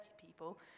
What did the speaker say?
people